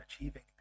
achieving